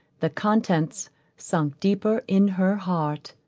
the contents sunk deeper in her heart.